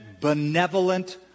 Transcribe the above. benevolent